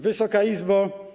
Wysoka Izbo!